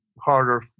harder